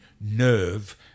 nerve